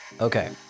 Okay